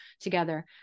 together